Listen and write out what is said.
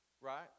right